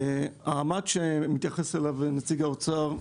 העמ"ט שמתייחס אליו נציג האוצר,